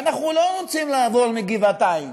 ואנחנו לא רוצים לעבור מגבעתיים,